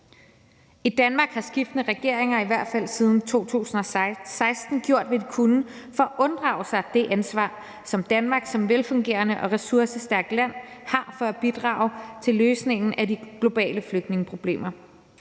I Danmark har skiftende regeringer i hvert fald siden 2016 gjort, hvad de kunne, for at unddrage sig det ansvar, som Danmark som et velfungerende og ressourcestærkt land har for at bidrage til løsningen af de globale flygtningeproblemer.